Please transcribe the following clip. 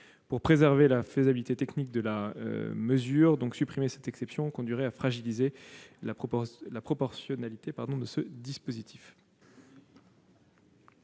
pour préserver la faisabilité technique de la mesure. Supprimer cette exception conduirait à fragiliser la proportionnalité de ce dispositif.